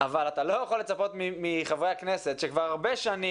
אבל אתה לא יכול לצפות מחברי הכנסת שכבר הרבה שנים